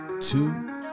Two